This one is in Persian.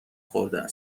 خورده